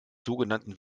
sogenannten